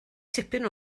tipyn